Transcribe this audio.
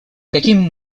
каким